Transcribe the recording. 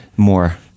more